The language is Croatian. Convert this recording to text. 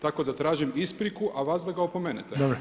Tako da tražim ispriku, a vas da ga opomenete.